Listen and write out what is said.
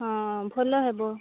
ହଁ ଭଲ ହେବ